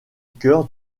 cœur